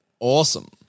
Awesome